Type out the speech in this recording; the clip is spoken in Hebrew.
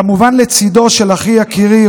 כמובן לצידו של אחי יקירי,